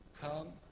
come